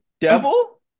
Devil